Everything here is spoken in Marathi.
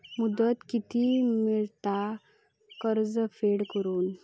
मुदत किती मेळता कर्ज फेड करून?